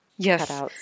Yes